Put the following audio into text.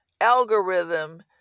algorithm